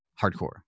hardcore